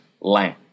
land